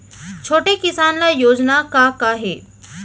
छोटे किसान ल योजना का का हे?